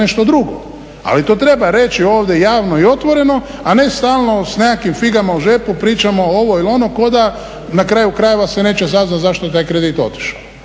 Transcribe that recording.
Ali to treba reći ovdje javno i otvoreno, a ne stalno s nekakvim figama u džepu pričamo ovo ili ono kao da na kraju krajeva se neće saznati zašto je taj kredit otišao.